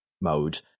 mode